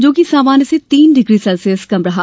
जो कि सामान्य से तीन डिग्री सेल्सियस कम रहा